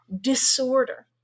disorder